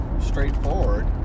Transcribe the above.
straightforward